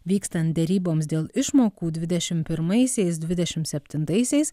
vykstant deryboms dėl išmokų dvidešimt pirmaisiais dvidešimt septintaisiais